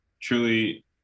Truly